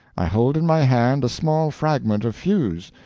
i hold in my hand a small fragment of fuse,